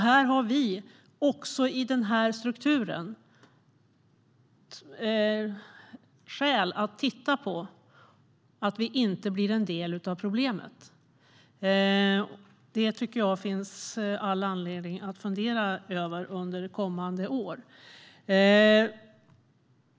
Här finns det skäl för oss att se till att vi inte blir en del av problemet. Det tycker jag att det finns all anledning att fundera över under kommande år.